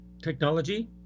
technology